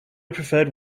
preferred